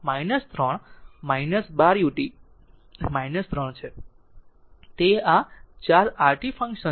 તેથી તે 4 rt 4 t ut 3 12 ut 3 છે તે આ 4 rt રેમ્પ ફંક્શન છે 4 rt 3